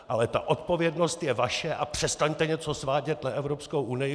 Ale ta odpovědnost je vaše a přestaňte něco svádět na Evropskou unii!